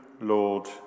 Lord